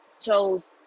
chose